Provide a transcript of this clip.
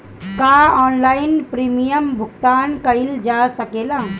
का online premium भुगतान कईल जा सकेला?